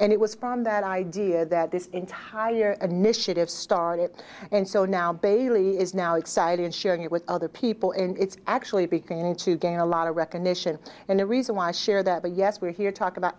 and it was from that idea that this entire initiative started and so now bailey is now excited and sharing it with other people in it's actually beginning to gain a lot of recognition and the reason why i share that yes we're here to talk about